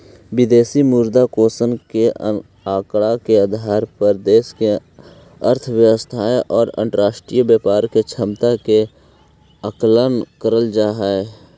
विदेशी मुद्रा कोष के आंकड़ा के आधार पर देश के अर्थव्यवस्था और अंतरराष्ट्रीय व्यापार के क्षमता के आकलन करल जा हई